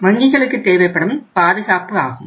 வங்கிகளுக்கு தேவைப்படும் பாதுகாப்பு ஆகும்